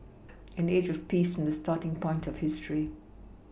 an age of peace from the starting point of history